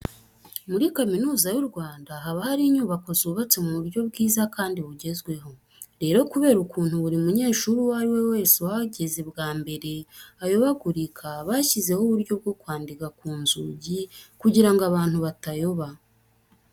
Muri Kaminuza y'u Rwanda haba hari inyubako zubatse mu buryo bwiza kandi bugezweho. Rero kubera ukuntu buri munyeshuri uwo ari we wese uhageze bwa mbere ayobagurika, bashyizeho uburyo bwo kwandika ku nzugi kugira ngo abantu batayoba.